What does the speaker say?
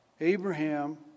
Abraham